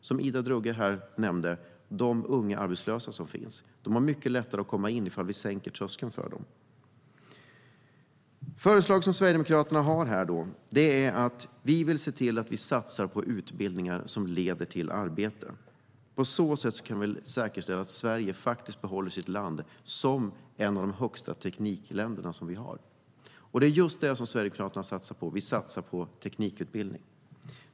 Som Ida Drougge nämnde har de unga arbetslösa mycket lättare att komma in ifall vi sänker tröskeln för dem. Förslag som Sverigedemokraterna har är att se till att satsa på utbildningar som leder till arbete. På så sätt kan vi säkerställa att Sverige faktiskt behåller sin plats som ett av de främsta teknikländerna. Det är just det Sverigedemokraterna satsar på; vi satsar på teknikutbildning.